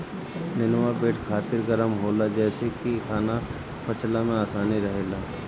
नेनुआ पेट खातिर गरम होला जेसे की खाना पचला में आसानी रहेला